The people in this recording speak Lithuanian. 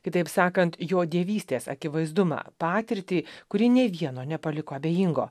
kitaip sakant jo dievystės akivaizdumą patirtį kuri nė vieno nepaliko abejingo